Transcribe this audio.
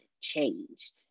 changed